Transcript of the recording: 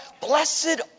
blessed